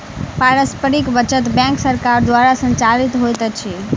पारस्परिक बचत बैंक सरकार द्वारा संचालित होइत अछि